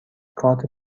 کارت